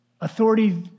authority